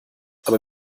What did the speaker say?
aber